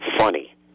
funny